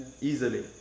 easily